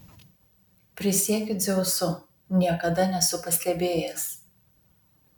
prisiekiu dzeusu niekada nesu pastebėjęs